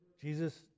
Jesus